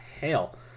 hell